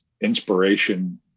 inspiration